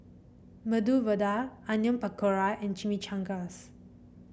Medu Vada Onion Pakora and Chimichangas